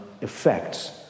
effects